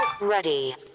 Ready